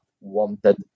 wanted